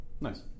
Nice